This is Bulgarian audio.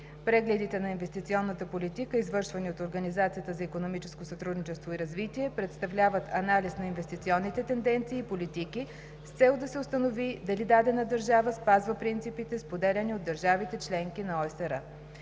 Прегледите на инвестиционната политика, извършвани от Организацията за икономическо сътрудничество и развитие, представляват анализ на инвестиционните тенденции и политики, с цел да се установи дали дадена държава спазва принципите, споделяни от държавите – членки на ОИСР.